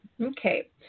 Okay